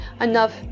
enough